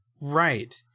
Right